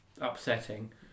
upsetting